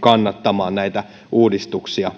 kannattamaan näitä uudistuksia